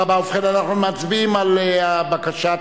ועל כך מגיע לכם יישר כוח.